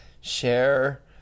share